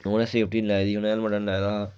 उ'नें सेफ्टी निं लाई दी उनें हेलमेट निं ही पाई दी